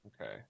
Okay